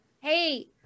Hey